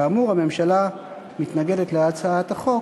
כאמור, הממשלה מתנגדת להצעת החוק,